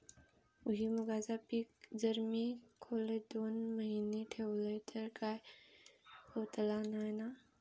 भुईमूगाचा पीक जर मी खोलेत दोन महिने ठेवलंय तर काय होतला नाय ना?